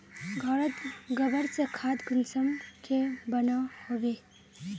घोरोत गबर से खाद कुंसम के बनो होबे?